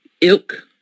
ilk